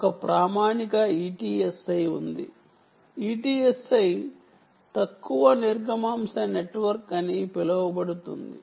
ఒక ప్రామాణిక ETSI ఉంది ETSI తక్కువ నిర్గమాంశ నెట్వర్క్ అని పిలువబడుతుంది